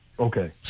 Okay